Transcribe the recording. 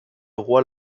roi